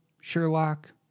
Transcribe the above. Sherlock